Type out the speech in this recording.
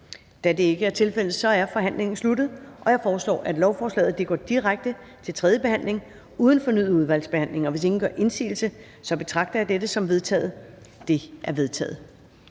og ALT)? De er vedtaget. Så foreslår jeg, at lovforslaget går direkte til tredje behandling uden fornyet udvalgsbehandling. Og hvis ingen gør indsigelse, betragter jeg det som vedtaget. Det er vedtaget.